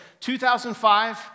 2005